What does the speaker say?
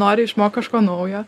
nori išmokt kažko naujo